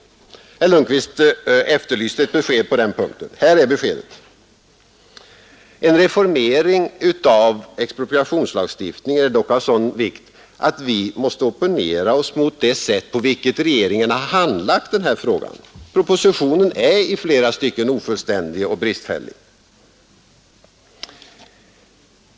Statsrådet Lundkvist efterlyste ett besked på den punkten. Här är beskedet. En reformering av expropriationslagstiftningen är dock av sådan vikt att vi måste opponera oss mot det sätt på vilket regeringen handlagt denna fråga. Propositionen är i flera stycken ofullständig och bristfällig.